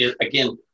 again